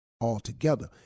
altogether